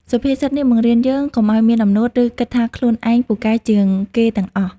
សុភាសិតនេះបង្រៀនយើងកុំឲ្យមានអំនួត ឬគិតថាខ្លួនឯងពូកែជាងគេទាំងអស់។